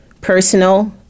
Personal